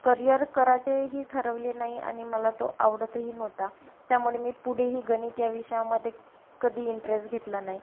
career करायचेही ठरवले नाही आणि मला तो आवडतही नव्हता त्यामुळे मी पुढेही गणित या विषयामधे कधी इंट्रेस्ट घेतला नाही